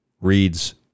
reads